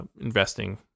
investing